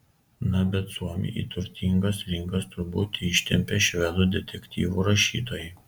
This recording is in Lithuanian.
na bet suomį į turtingas rinkas turbūt ištempė švedų detektyvų rašytojai